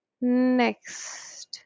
Next